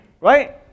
right